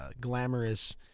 glamorous